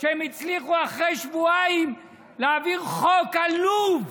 שהם הצליחו אחרי שבועיים להעביר חוק עלוב,